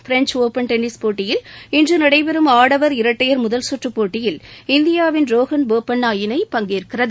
French open tennis போட்டியில் இன்று நடைபெறும் ஆடவர் இரட்டையர் முதல் சுற்றுப் போட்டியில் இந்தியாவின் ரோஹன் போபண்ணா இணை பங்கேற்கிறது